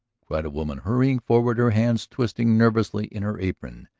cried a woman, hurrying forward, her hands twisting nervously in her apron.